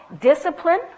discipline